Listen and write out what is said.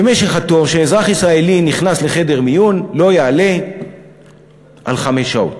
שמשך התור כשאזרח ישראלי נכנס לחדר מיון לא יעלה על חמש שעות.